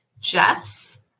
Jess